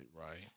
right